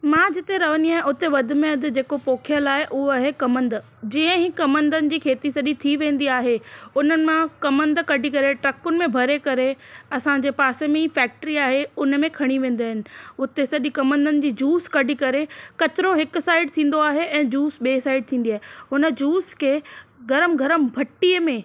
मां जीते रहंदी आहियां हुते वधि में वधि जेको पोखियल आहे उहो आहे कमंद जीअं ही कमंदनि जी खेती सॼी थी वेंदी आहे उन्हनि मां कमंद कढी करे ट्र्कुनि में भरे करे असांजे पासे में ई फैक्ट्री आहे हुन में खणी वेंदा आहिनि उते सॼे कमंदनि जी जूस कढी करे किचिरो हिकु साइड थींदो आहे ऐं जूस ॿिएं साइड थींदी आहे हुन जूस खे गर्म गर्म भटीय में